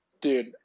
Dude